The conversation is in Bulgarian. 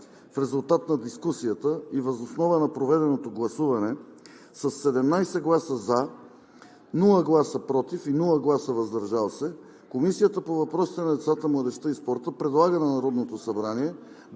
В резултат на дискусията и въз основа на проведеното гласуване със 17 гласа „за“, без „против“ и „въздържал се“ Комисията по въпросите на децата, младежта и спорта предлага на Народното събрание